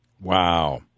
Wow